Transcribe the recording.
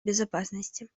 безопасности